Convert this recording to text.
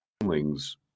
feelings